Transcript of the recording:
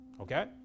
okay